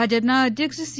ભાજપના અધ્યક્ષ સી